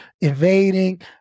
invading